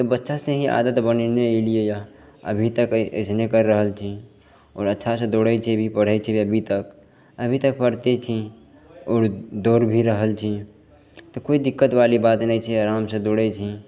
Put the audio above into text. तऽ बच्चासे ही आदत बनेने अएलिए यऽ अभीतक अइसने करि रहल छी आओर अच्छासे दौड़ै छी भी पढ़ै छी अभीतक अभीतक पढ़िते छी आओर दौड़ भी रहल छी तऽ कोइ दिक्कतवाली बात नहि छै आरामसे दौड़ै छी